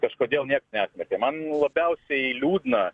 kažkodėl nieks nesmerkė man labiausiai liūdna